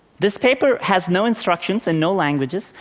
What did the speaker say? this paper has no instructions and no languages.